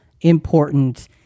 important